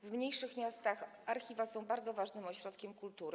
W mniejszych miastach archiwa są bardzo ważnym ośrodkiem kultury.